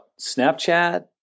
Snapchat